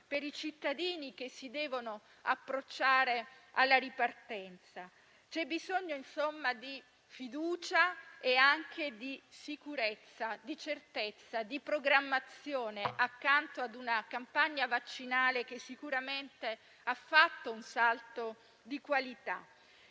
per i cittadini che si devono approcciare alla ripartenza. C'è bisogno, insomma, di fiducia e anche di sicurezza, di certezza e di programmazione, accanto a una campagna vaccinale che sicuramente ha fatto un salto di qualità.